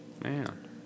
Man